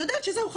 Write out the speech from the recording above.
היא יודעת שזהו,